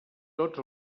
tots